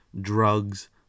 drugs